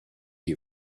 you